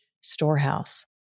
storehouse